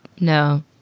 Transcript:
No